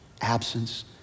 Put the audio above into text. absence